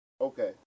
Okay